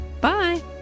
Bye